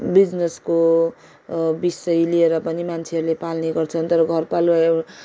बिजनेसको विषय लिएर पनि मान्छेहरूले पाल्ने गर्छन् तर घरपालुवा